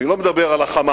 אני לא מדבר על ה"חמאס",